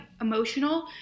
emotional